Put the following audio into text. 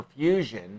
perfusion